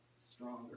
stronger